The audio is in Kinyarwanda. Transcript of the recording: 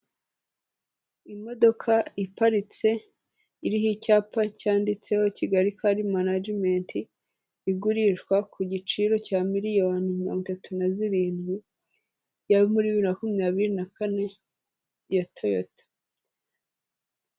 Imodoka iparitse iriho icyapa cyanditseho Kigali kari manajimenti igurishwa ku giciro cya miliyoni mirongo itatu na zirindwi ya muri bibiri na makumyabiri na kane ya Toyota.